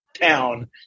town